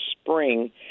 spring